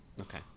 Okay